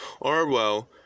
Orwell